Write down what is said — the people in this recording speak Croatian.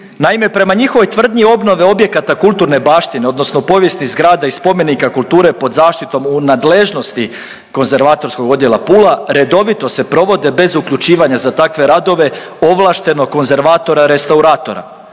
Naime, prema njihovoj tvrdnji obnove objekata kulturne baštine odnosno povijesnih zgrada i spomenika kulture pod zaštitom u nadležnosti Konzervatorskog odjela Pula redovito se provode bez uključivanja za takve radove ovlaštenog konzervatora restauratora.